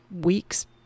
weeks